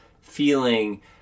feeling